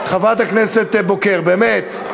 חברת הכנסת בוקר, באמת.